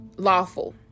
lawful